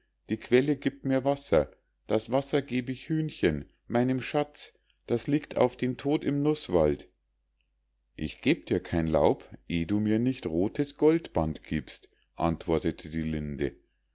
die quelle giebt mir wasser das wasser geb ich hühnchen meinem schatz das liegt auf den tod im nußwald ich geb dir kein laub eh du mir nicht rothes goldband giebst antwortete die linde